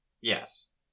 Yes